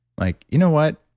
like, you know what?